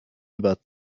über